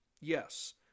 Yes